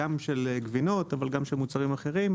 גם של גבינות אבל גם של מוצרים אחרים,